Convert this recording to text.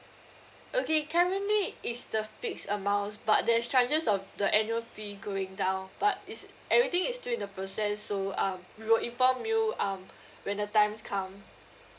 okay currently is the fixed amount but there's chances of the annual fee going down but is everything is still in the process so um we will inform you um when the times come